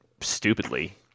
stupidly